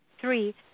three